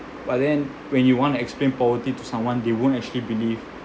but then when you want to explain poverty to someone they won't actually believe